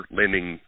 lending